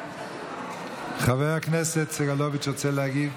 חבר הכנסת סגלוביץ' רוצה להגיב?